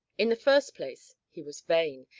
in the first place, he was vain,